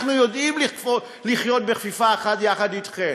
אנחנו יודעים לחיות בכפיפה אחת יחד אתכם.